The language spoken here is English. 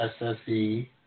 SSE